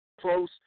close